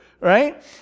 right